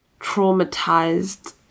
traumatized